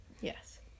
Yes